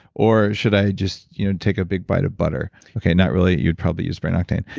or should i just you know take a big bite of butter? okay, not really. you'd probably use brain octane.